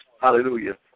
Hallelujah